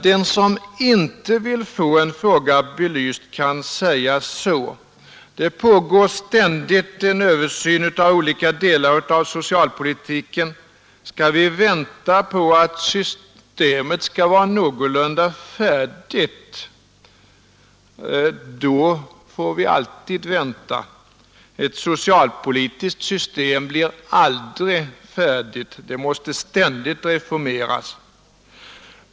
Den som inte vill få en fråga belyst kan säga så. Det pågår ständigt en översyn av olika delar av socialpolitiken. Skall vi vänta på att systemet skall vara någorlunda färdigt, då får vi alltid vänta. Ett socialpolitiskt system blir aldrig färdigt, det måste ständigt reformeras.